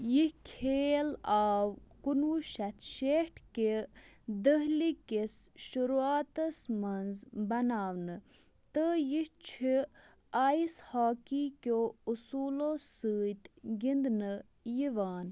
یہِ کھیل آو کُنوُہ شیٚتھ شیٚٹھ کہِ دٔہلہٕ کِس شروٗعاتس مَنٛز بناونہٕ تہٕ یہِ چھِ آیِس ہاكی كیو٘ اصوٗلو سۭتۍ گِنٛدنہٕ یوان